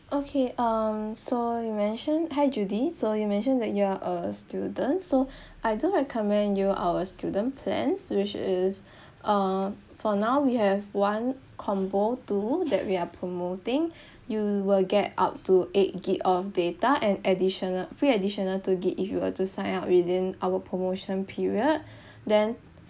okay um so you mentioned hi judy so you mentioned that you are a student so I do recommend you our student plans which is uh for now we have one combo two that we are promoting you will get up to eight gig of data and additional free additional two gig if you were to sign up within our promotion period then